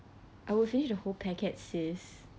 I would finish the whole packet sis